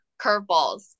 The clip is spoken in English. curveballs